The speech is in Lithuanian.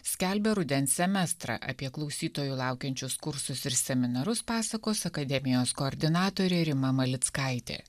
skelbia rudens semestrą apie klausytojų laukiančius kursus ir seminarus pasakos akademijos koordinatorė rima malickaitė